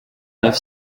neuf